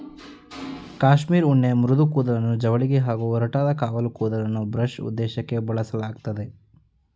cashmere ಉಣ್ಣೆ ಮೃದು ಕೂದಲನ್ನು ಜವಳಿಗೆ ಹಾಗೂ ಒರಟಾದ ಕಾವಲು ಕೂದಲನ್ನು ಬ್ರಷ್ ಉದ್ದೇಶಕ್ಕೇ ಬಳಸಲಾಗ್ತದೆ